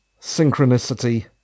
synchronicity